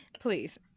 Please